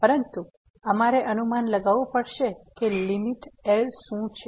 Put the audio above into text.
પરંતુ અમારે અનુમાન લગાવવું પડશે કે લીમીટ L શું છે